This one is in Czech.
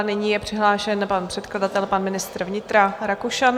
Nyní je přihlášen pan předkladatel, ministr vnitra Rakušan.